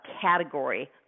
category